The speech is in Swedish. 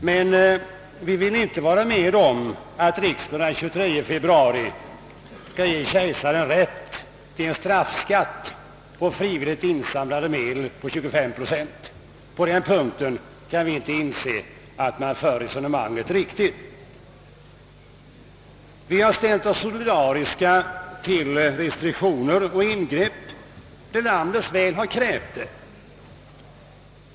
Men vi vill inte vara med om att riksdagen den 23 feb ruari ger kejsaren rätt att därutöver iutta en straffskatt på frivilligt insamlade medel på 25 procent. På den punkten kan vi inte inse att man för ett riktigt resonemang. Vi har ställt oss solidariska till restriktioner och ingrepp då landets väl har krävt det.